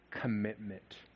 commitment